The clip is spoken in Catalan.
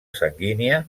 sanguínia